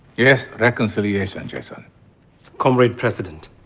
yes, reconciliation, jason comrade president,